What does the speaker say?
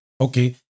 Okay